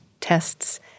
tests